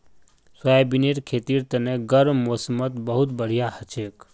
सोयाबीनेर खेतीर तने गर्म मौसमत बहुत बढ़िया हछेक